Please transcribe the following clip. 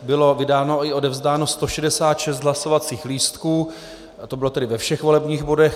Bylo vydáno i odevzdáno 166 hlasovacích lístků, to bylo tedy ve všech volebních bodech.